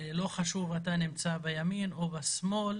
ולא חשוב אם אתה נמצא בימין או בשמאל,